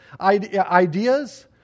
ideas